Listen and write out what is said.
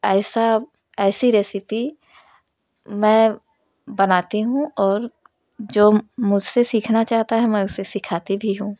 ऐसा ऐसी रेसिपी मैं बनती हूँ और जो मुझसे सिखाना चाहता है मैं उसे सिखाती भी हूँ